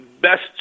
best